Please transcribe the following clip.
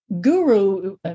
guru